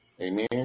Amen